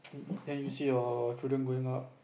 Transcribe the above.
and you see your children going up